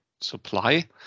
supply